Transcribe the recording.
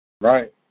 Right